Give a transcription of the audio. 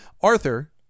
Arthur